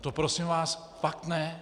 To prosím vás fakt ne.